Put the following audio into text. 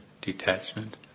detachment